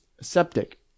Septic